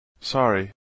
Sorry